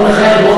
כל אחד רואה,